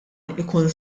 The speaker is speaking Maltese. ikun